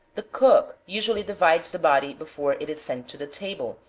the cook usually divides the body before it is sent to the table,